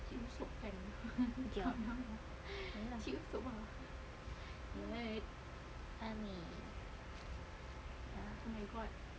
ya no lah ah ni ah